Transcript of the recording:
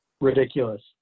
Ridiculous